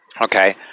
Okay